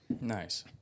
Nice